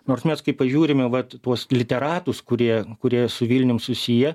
nors mes kai pažiūrime vat tuos literatus kurie kurie su vilnium susiję